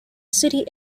city